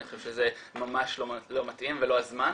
אני חושב שזה ממש לא מתאים ולא הזמן,